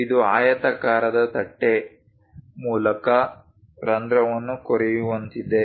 ಇದು ಆಯತಾಕಾರದ ತಟ್ಟೆಯ ಮೂಲಕ ರಂಧ್ರವನ್ನು ಕೊರೆಯುವಂತಿದೆ